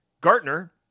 Gartner